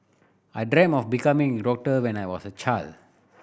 I dreamt of becoming a doctor when I was a child